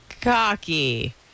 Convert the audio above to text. cocky